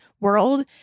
world